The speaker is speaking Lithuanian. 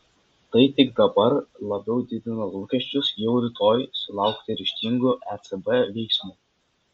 tai tik dar labiau didina lūkesčius jau rytoj sulaukti ryžtingų ecb veiksmų